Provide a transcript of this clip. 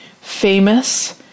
famous